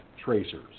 tracers